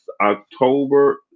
October